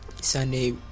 Sunday